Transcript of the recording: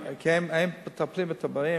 הם מטפלים בבאים,